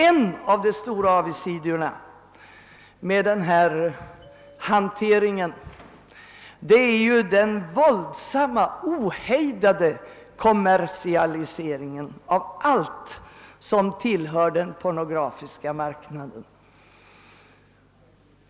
En av de stora avigsidorna med den här hanteringen är ju den våldsamma, ohejdade kommersialiseringen av allt som tillhör den pornografiska marknaden.